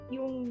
Yung